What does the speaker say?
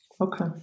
Okay